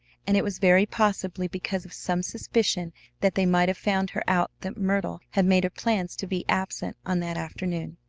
and it was very possibly because of some suspicion that they might have found her out that myrtle had made her plans to be absent on that afternoon.